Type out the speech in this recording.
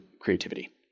creativity